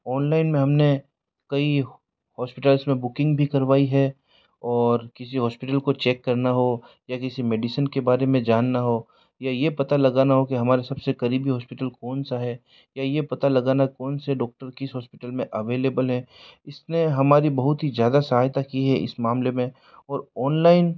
online में हम ने कई हॉस्पिटल्स में बुकिंग भी करवायई है और किसी हॉस्पिटल को चेक करना हो या किसी मेडिसिन के बारे में जानना हो या ये पता लगाना हो कि हमारे सब से क़रीबी हॉस्पिटल कौन सा है या ये पता लगाना कौन से डॉक्टर किस हॉस्पिटल में अवेलेबल है इस में हमारी बहुत ही ज़्यादा सहायता की है इस मामले में और ऑनलाइन